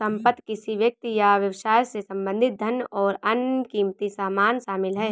संपत्ति किसी व्यक्ति या व्यवसाय से संबंधित धन और अन्य क़ीमती सामान शामिल हैं